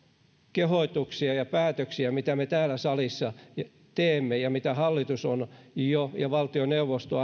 kehotuksia ja päätöksiä mitä me täällä salissa teemme ja mitä ohjeita hallitus ja valtioneuvosto